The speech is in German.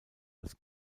als